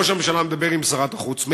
ראש הממשלה מדבר עם שרת החוץ,